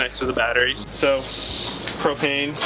to the batteries, so propane,